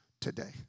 today